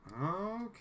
Okay